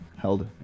Held